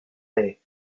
day